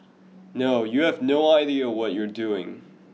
no you have no idea what you are doing